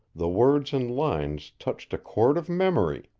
the words and lines touched a cord of memory.